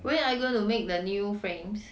when are you going to make the new frames